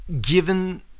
given